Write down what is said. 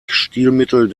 stilmittel